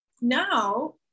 now